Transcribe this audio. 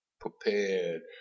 prepared